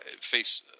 face